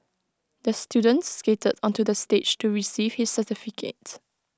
the student skated onto the stage to receive his certificate